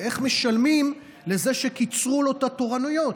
ואיך משלמים לזה שקיצרו לו את התורנויות?